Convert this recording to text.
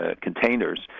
containers